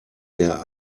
der